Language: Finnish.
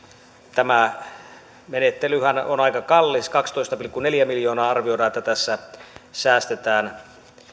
tämä menettelyhän on aika kallis kaksitoista pilkku neljä miljoonaa tässä säästetään